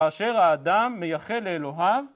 כאשר האדם מייחל לאלוהיו